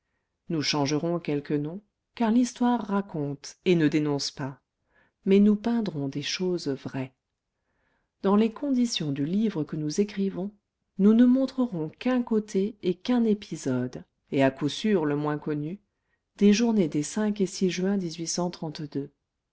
nous changerons quelques noms car l'histoire raconte et ne dénonce pas mais nous peindrons des choses vraies dans les conditions du livre que nous écrivons nous ne montrerons qu'un côté et qu'un épisode et à coup sûr le moins connu des journées des et juin